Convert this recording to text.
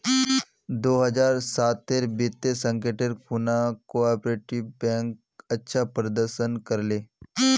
दो हज़ार साटेर वित्तीय संकटेर खुणा कोआपरेटिव बैंक अच्छा प्रदर्शन कर ले